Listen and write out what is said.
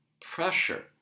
pressure